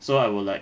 so I will like